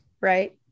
right